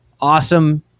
awesome